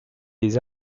des